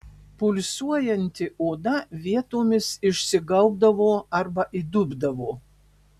pulsuojanti oda vietomis išsigaubdavo arba įdubdavo